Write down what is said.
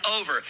over